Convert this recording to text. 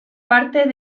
parte